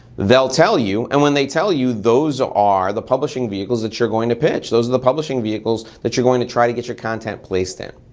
they'll tell you and when they tell you, those are are the publishing vehicles that you're going to pitch. those are the publishing vehicles that you're going to try and get your content placed in.